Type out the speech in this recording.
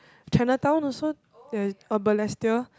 Chinatown also yeah or Balestier